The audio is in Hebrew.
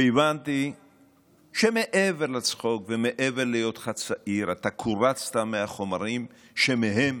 והבנתי שמעבר לצחוק ומעבר להיותך צעיר אתה קורצת מהחומרים שמהם